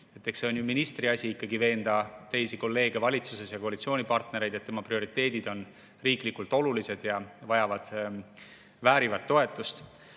see on ministri asi ikkagi veenda kolleege valitsuses ja koalitsioonipartnereid, et tema prioriteedid on riiklikult olulised ja väärivad toetust.